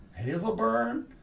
Hazelburn